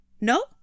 No